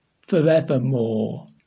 forevermore